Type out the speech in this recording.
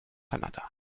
kanada